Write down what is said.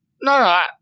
No